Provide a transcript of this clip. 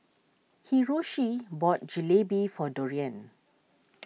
Hiroshi bought Jalebi for Dorian